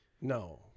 No